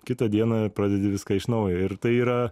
kitą dieną pradedi viską iš naujo ir tai yra